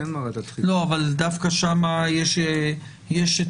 ודווקא שם כן נועד לדחיפות.